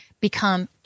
become